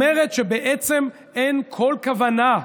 אומרת שבעצם אין כל כוונה,